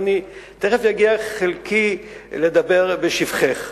תיכף יגיע חלקי לדבר בשבחך.